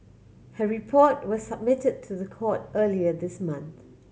her report was submitted to the court earlier this month